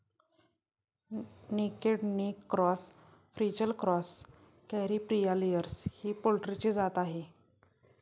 naked neck cross, frizzle cross, Caripriya layers ही पोल्ट्रीची जात आहे